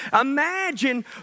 Imagine